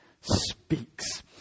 speaks